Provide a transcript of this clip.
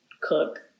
cook